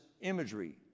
imagery